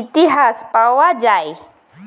ইতিহাস পাওয়া যায়